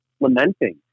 lamenting